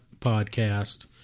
podcast